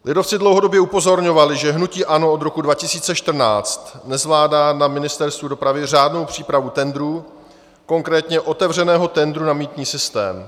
Lidovci dlouhodobě upozorňovali, že hnutí ANO od roku 2014 nezvládá na Ministerstvu dopravy řádnou přípravu tendrů, konkrétně otevřeného tendru na mýtný systém.